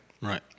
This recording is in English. Right